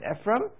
Ephraim